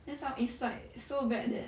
that's how it's like so bad that